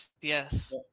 Yes